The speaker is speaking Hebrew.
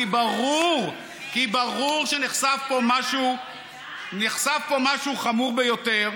כי ברור שנחשף פה משהו חמור ביותר,